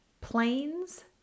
planes